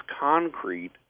concrete